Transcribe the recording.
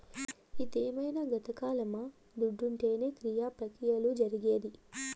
ఇదేమైన గతకాలమా దుడ్డుంటేనే క్రియ ప్రక్రియలు జరిగేది